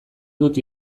dut